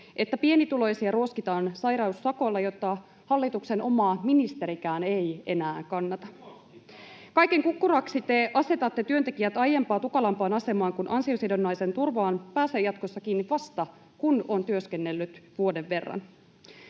että pienituloisia ruoskitaan sairaussakolla, jota hallituksen oma ministerikään ei enää kannata. [Sebastian Tynkkynen: Ruoskitaan? Mitä ihmettä?] Kaiken kukkuraksi te asetatte työntekijät aiempaa tukalampaan asemaan, kun ansiosidonnaisen turvaan pääsee jatkossa kiinni vasta, kun on työskennellyt vuoden verran.